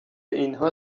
اینها